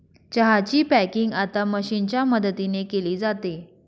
चहा ची पॅकिंग आता मशीनच्या मदतीने केली जाते